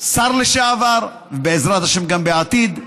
השר לשעבר, ובעזרת השם גם בעתיד,